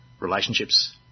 Relationships